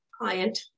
client